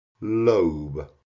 lobe